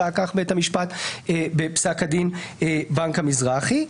כך בית המשפט בפסק הדין בנק המזרחי.